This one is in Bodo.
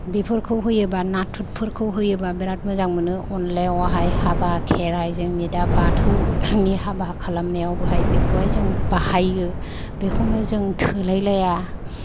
बेफोरखौ होयोबा नाथुरफोरखौ होयोबा बिराद मोजां मोनो अनलायावहाय हाबा खेराय जोंनि दा बाथौ नि हाबा खालामनायावहाय बेखौहाय जों बाहायो बेखौनो जों थोलाय लाया